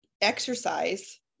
exercise